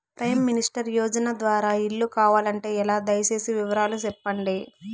Prime minister Yojana ద్వారా ఇల్లు కావాలంటే ఎలా? దయ సేసి వివరాలు సెప్పండి?